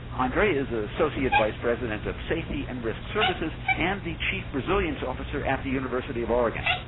andre is associate vice president of safety and risk services and the chief resilience officer at the university of oregon.